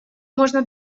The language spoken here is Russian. можно